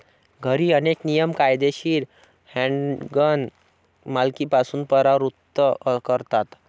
घरी, अनेक नियम कायदेशीर हँडगन मालकीपासून परावृत्त करतात